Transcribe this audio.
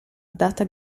data